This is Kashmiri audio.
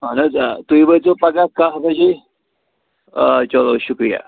اَہن حظ آ تُہۍ وٲتۍزیو پگاہ کَہہ بَجے آ چلو شُکرِیہ